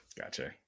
gotcha